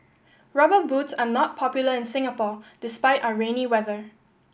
Rubber Boots are not popular in Singapore despite our rainy weather